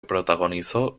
protagonizó